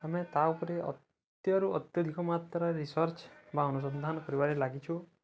ଆମେ ତା' ଉପରେ ଅତ୍ୟରୁ ଅତ୍ୟଧିକ ମାତ୍ରା ରିସର୍ଚ୍ଚ ବା ଅନୁସନ୍ଧାନ କରିବାରେ ଲାଗିଛୁ